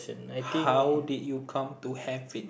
how did you come to have it